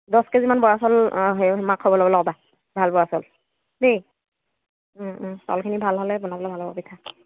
দহ কেজিমান বৰা চাউল মাক খবৰ ল'বলৈ ক'বা ভাল বৰা চাউল দেই চাউলখিনি ভাল হ'লে বনাবলৈ ভাল হ'ব পিঠা